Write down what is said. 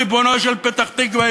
ריבונו של פתח-תקווה,